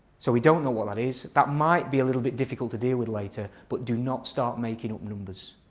so we don't know what that is. that might be a little bit difficult to deal with later but do not start making up numbers.